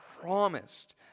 promised